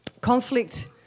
Conflict